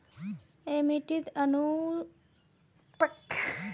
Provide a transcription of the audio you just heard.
Amity यूनिवर्सिटीत अनुसंधान निधीकरण सरकार द्वारा नइ मिल छेक